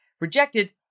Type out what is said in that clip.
rejected